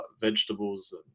vegetables